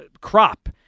crop